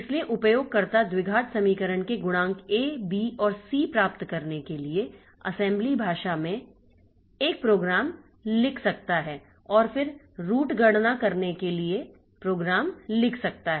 इसलिए उपयोगकर्ता द्विघात समीकरण के गुणांक ए बी और सी प्राप्त करने के लिए असेंबली भाषा में एक प्रोग्राम लिख सकता है और फिर रूट गणना करने के लिए प्रोग्राम लिख सकता है